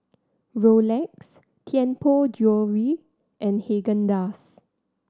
Rolex Tianpo Jewellery and Haagen Dazs